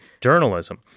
journalism